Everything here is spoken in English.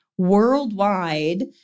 worldwide